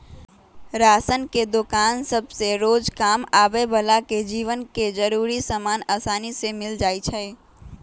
ration के दोकान सभसे रोजकाम आबय बला के जीवन के जरूरी समान असानी से मिल जाइ छइ